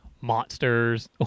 Monsters